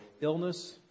illness